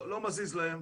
לא מזיז להם.